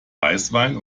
weißwein